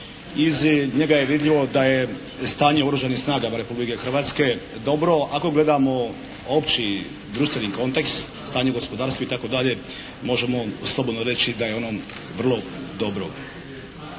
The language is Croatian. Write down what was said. Iz njega je vidljivo da je stanje Oružanih snaga Republike Hrvatske dobro ako gledamo opći društveni kontekst, stanje u gospodarstvu itd. Možemo slobodno reći da je ono vrlo dobro.